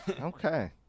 okay